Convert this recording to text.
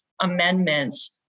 amendments